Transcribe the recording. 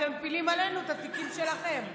ואתם מפילים עלינו את התיקים שלכם.